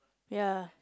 ya